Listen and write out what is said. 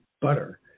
butter